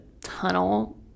tunnel